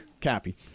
Cappy